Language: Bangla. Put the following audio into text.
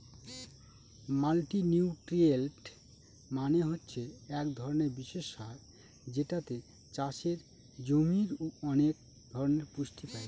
মাল্টিনিউট্রিয়েন্ট সার হছে এক ধরনের বিশেষ সার যেটাতে চাষের জমির অনেক ধরনের পুষ্টি পাই